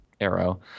arrow